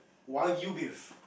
wagyu beef